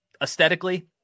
aesthetically